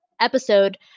episode